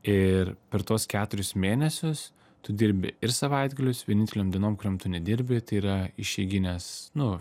ir per tuos keturis mėnesius tu dirbi ir savaitgaliais vienintelėm dienom kuriom tu nedirbi tai yra išeigines nu